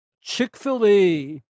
Chick-fil-A